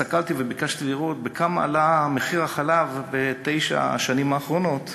הסתכלתי וביקשתי לראות בכמה עלה מחיר החלב בתשע השנים האחרונות,